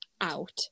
out